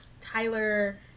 Tyler